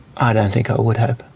i don't think i would have.